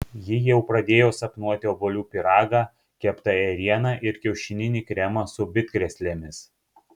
ji jau pradėjo sapnuoti obuolių pyragą keptą ėrieną ir kiaušininį kremą su bitkrėslėmis